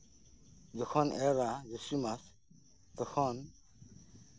ᱡᱚᱠᱷᱚᱱ ᱮᱨᱟ ᱡᱳᱥᱴᱷᱤ ᱢᱟᱥ ᱛᱚᱠᱷᱚᱱ